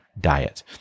diet